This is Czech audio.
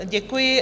Děkuji.